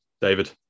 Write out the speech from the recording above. david